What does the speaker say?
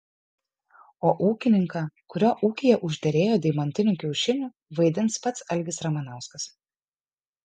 o ūkininką kurio ūkyje užderėjo deimantinių kiaušinių vaidins pats algis ramanauskas